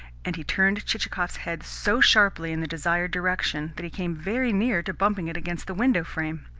and he turned chichikov's head so sharply in the desired direction that he came very near to bumping it against the window frame.